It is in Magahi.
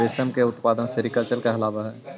रेशम के उत्पादन सेरीकल्चर कहलावऽ हइ